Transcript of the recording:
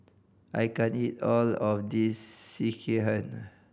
I can't eat all of this Sekihan